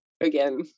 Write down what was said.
again